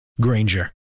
Granger